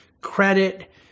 credit